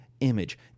image